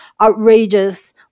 outrageous